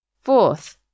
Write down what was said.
Fourth